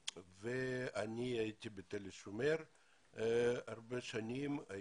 אני הייתי בתל השומר שנים רבות,